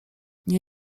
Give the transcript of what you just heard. nie